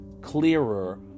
clearer